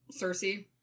Cersei